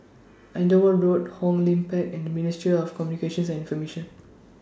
Andover Road Hong Lim Park and Ministry of Communications and Information